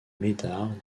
médard